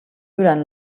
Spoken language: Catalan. durant